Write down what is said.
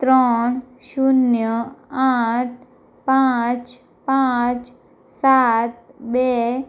ત્રણ શૂન્ય આઠ પાંચ પાંચ સાત બે